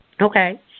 Okay